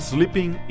Sleeping